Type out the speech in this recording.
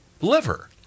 liver